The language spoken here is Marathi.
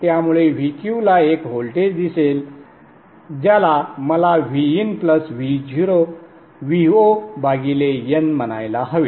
त्यामुळे Vq ला एक व्होल्टेज दिसेल ज्याला मला VinVon म्हणायला हवे